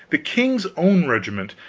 the king's own regiment,